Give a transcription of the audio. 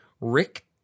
Rick